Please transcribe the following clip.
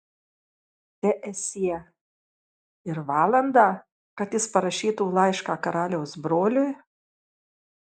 teesie ir valandą kad jis parašytų laišką karaliaus broliui